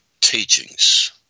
teachings